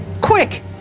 quick